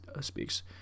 speaks